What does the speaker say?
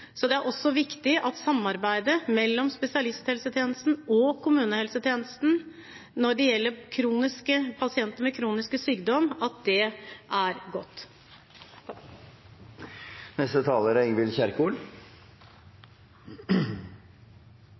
så det er også viktig at samarbeidet er godt mellom spesialisthelsetjenesten og kommunehelsetjenesten når det gjelder pasienter med kronisk sykdom.